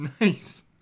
Nice